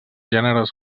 gèneres